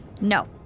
No